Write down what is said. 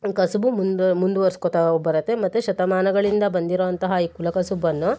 ಕಸುಬು ಮುಂದ ಮುಂದುವರ್ಸ್ಕೊತಾ ಬರುತ್ತೆ ಮತ್ತೆ ಶತಮಾನಗಳಿಂದ ಬಂದಿರೊ ಅಂತಹ ಈ ಕುಲಕಸುಬನ್ನು